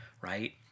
right